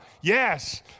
Yes